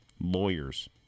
Lawyers